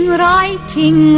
writing